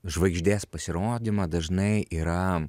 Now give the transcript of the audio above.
žvaigždės pasirodymą dažnai yra